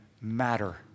matter